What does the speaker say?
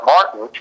Martin